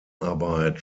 arbeit